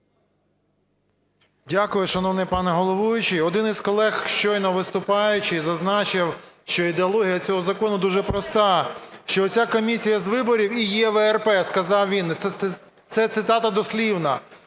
Дякую, шановний пане головуючий. Один із колег, щойно виступаючи, зазначив, що ідеологія цього закону дуже проста, що оця комісія з виборів і є ВРП, сказав він. Це цитата дослівна.